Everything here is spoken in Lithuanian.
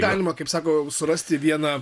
galima kaip sako jau surasti vieną